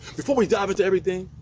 before we dive into everything,